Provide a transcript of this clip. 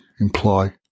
imply